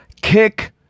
kick